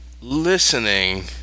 listening